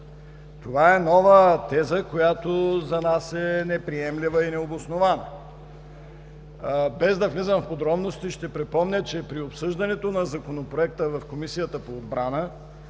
Това е нова теза, която за нас е неприемлива и необоснована. Без да влизам в подробности ще припомня, че при обсъждането на Законопроекта в Комисията по отбрана